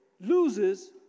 loses